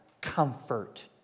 comfort